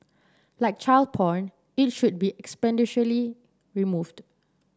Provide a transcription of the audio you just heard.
like child porn it should be expeditiously removed